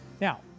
Now